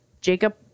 Jacob